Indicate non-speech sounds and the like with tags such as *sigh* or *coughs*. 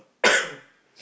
*coughs*